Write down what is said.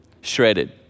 shredded